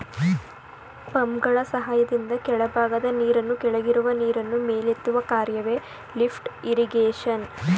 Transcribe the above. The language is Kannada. ಪಂಪ್ಗಳ ಸಹಾಯದಿಂದ ಕೆಳಭಾಗದ ನೀರನ್ನು ಕೆಳಗಿರುವ ನೀರನ್ನು ಮೇಲೆತ್ತುವ ಕಾರ್ಯವೆ ಲಿಫ್ಟ್ ಇರಿಗೇಶನ್